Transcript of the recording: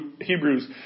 Hebrews